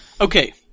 okay